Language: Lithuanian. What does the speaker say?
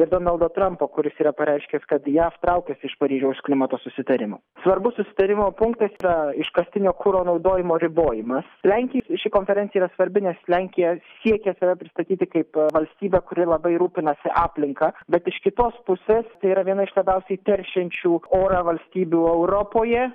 ir donaldo trampo kuris yra pareiškęs kad jav traukiasi iš paryžiaus klimato susitarimo svarbus susitarimo punktas yra iškastinio kuro naudojimo ribojimas lenkijai ši konferencija yra svarbi nes lenkija siekia save pristatyti kaip valstybę kuri labai rūpinasi aplinka bet iš kitos pusės tai yra viena iš labiausiai teršiančių orą valstybių europoje